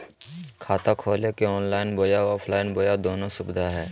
खाता खोले के ऑनलाइन बोया ऑफलाइन बोया दोनो सुविधा है?